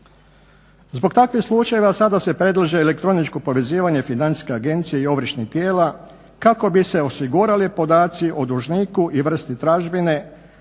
Zbog takvih slučajeva sada se predlaže elektroničko povezivanje financijske agencije i ovršnih tijela kako bi se osigurali podaci o dužniku i vrsti tražbine,